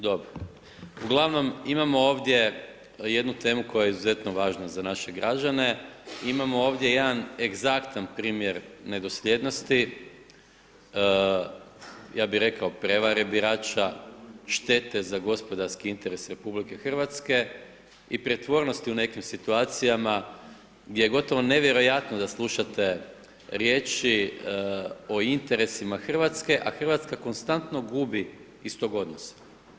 Dobro, uglavnom imamo ovdje jednu temu koja je izuzetno važna za naše građane, imamo ovdje jedan egzaktan primjer nedosljednosti, ja bi rekao, prevare birača, štete za gospodarski interes RH i pretvornosti u nekim situacijama gdje gotovo nevjerojatno da slušate riječi o interesima RH, a RH konstanto gubi iz tog odnosa.